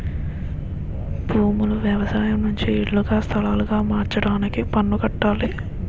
భూములు వ్యవసాయం నుంచి ఇల్లుగా స్థలాలుగా మార్చడానికి పన్ను కట్టాలి